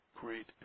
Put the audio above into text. Great